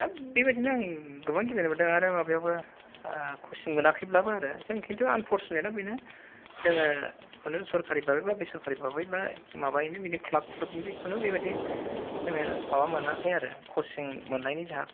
बेबादिनो आं गोबां गेलेनो मोनदों आरो माबायावबो कसिं मोनाखैब्लाबो आरो जों खिन्थु आनफर्सुनेट आ बेनो जोङो खुनु सरकारि भाबै बा बेसरकारि भाबै बा माबानि बेनि खुनु क्लाब क्लुबनि खुनु बेबादि जोङो माबा मोनाखै आरो कसिं मोननायनि जोंहा